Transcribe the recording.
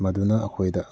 ꯃꯗꯨꯅ ꯑꯩꯈꯣꯏꯗ